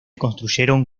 construyeron